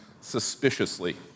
suspiciously